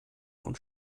und